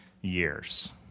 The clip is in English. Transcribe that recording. years